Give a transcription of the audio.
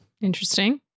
Interesting